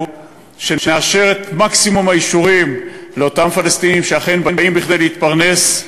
הוא שנאשר את מקסימום האישורים לאותם פלסטינים שאכן באים כדי להתפרנס,